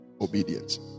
obedience